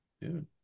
dude